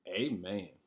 Amen